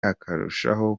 akarushaho